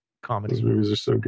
comedies